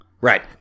right